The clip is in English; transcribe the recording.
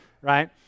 right